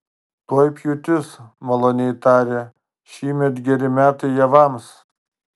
tuoj pjūtis maloniai tarė šįmet geri metai javams